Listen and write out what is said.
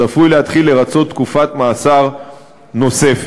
צפוי להתחיל לרצות תקופת מאסר נוספת.